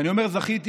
ואני אומר זכיתי,